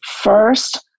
First